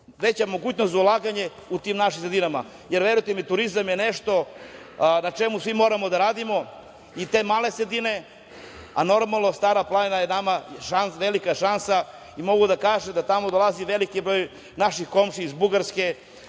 veće mogućnosti za ulaganje u te naše sredine, jer verujte mi, turizam je nešto na čemu svi moramo da radimo i te male sredine, a normalno, Stara planina je nama velika šansa i mogu da kažem da tamo dolazi veliki broj naših komšija iz Bugarske